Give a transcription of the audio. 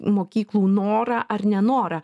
mokyklų norą ar nenorą